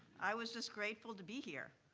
i was just grateful to be here.